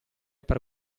per